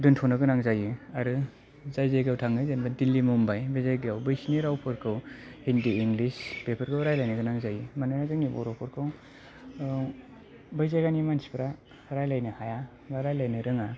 दोनथ'नो गोनां जायो आरो जायगायाव थाङो जेनबा दिल्ली मुम्बाइ बिसिनि जायगायाव बै रावफोरखौ हिन्दी इंराजि बेफोरखौ रायलायनो गोनां जायो मानोना जोंनि बर'फोरखौ बै जायगानि मानसिफोरा रायलायनो हाया बा रायलायनो रोङा